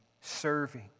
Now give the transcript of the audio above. serving